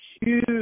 huge